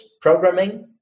programming